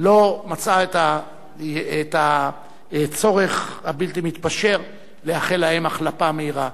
לא מצאה את הצורך הבלתי-מתפשר לאחל להם החלמה מהירה.